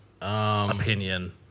Opinion